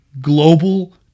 global